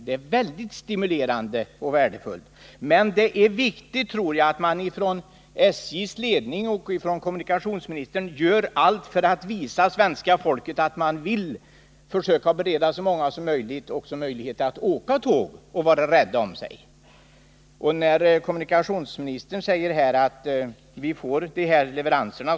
Det är väldigt stimulerande och värdefullt. Men jag tror att det är viktigt att SJ:s ledning och kommunikationsministern gör allt för att visa svenska folket att man vill bereda så många som möjligt tillfälle att åka tåg och vara rädda om sig. Kommunikationsministern berättade nu i vilken takt vi skulle få dessa leveranser.